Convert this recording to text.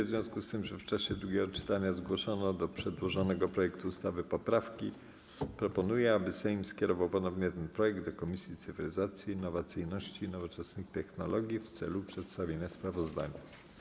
W związku z tym, że w czasie drugiego czytania zgłoszono do przedłożonego projektu ustawy poprawki, proponuję, aby Sejm skierował ponownie ten projekt do Komisji Cyfryzacji, Innowacyjności i Nowoczesnych Technologii w celu przedstawienia sprawozdania.